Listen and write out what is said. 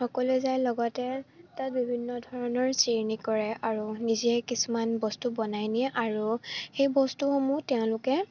সকলোৱে যায় লগতে তাত বিভিন্ন ধৰণৰ চিৰিণি কৰে আৰু নিজে কিছুমান বস্তু বনাই নিয়ে আৰু সেই বস্তুসমূহ তেওঁলোকে